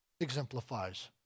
exemplifies